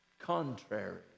contrary